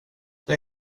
det